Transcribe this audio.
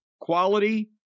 quality